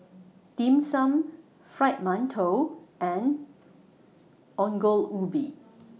Dim Sum Fried mantou and Ongol Ubi